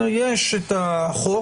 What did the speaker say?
יש את החוק,